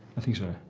i think so.